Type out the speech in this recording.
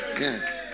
Yes